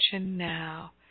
now